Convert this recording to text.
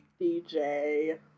DJ